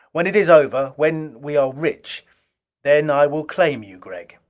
when it is over when we are rich then i will claim you, gregg.